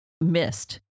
missed